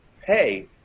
pay –